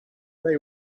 they